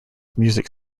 music